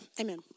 amen